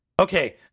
Okay